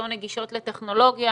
לא נגישות לטכנולוגיה.